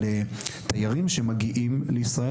על תיירים שמגיעים לישראל,